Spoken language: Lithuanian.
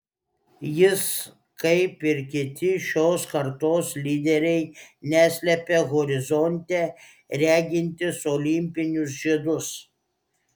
jis kaip ir kiti šios kartos lyderiai neslepia horizonte regintys olimpinius žiedus